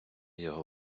його